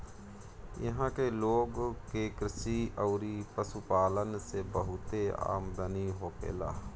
इहां के लोग के कृषि अउरी पशुपालन से बहुते आमदनी होखेला